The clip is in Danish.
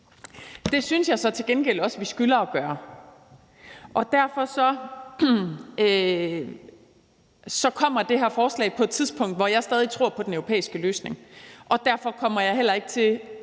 Det synes jeg så til gengæld også vi skylder at gøre, og derfor kommer det her forslag på et tidspunkt, hvor jeg stadig tror på den europæiske løsning, og derfor kommer jeg heller ikke til